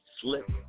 slip